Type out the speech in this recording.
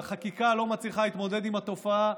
והחקיקה לא מצליחה להתמודד עם התופעה,